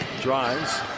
Drives